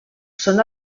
són